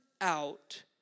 out